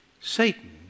Satan